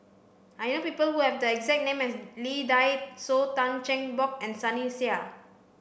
I know people who have the exact name as Lee Dai Soh Tan Cheng Bock and Sunny Sia